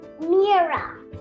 Mira